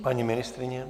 Paní ministryně?